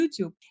YouTube